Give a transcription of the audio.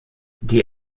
die